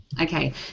Okay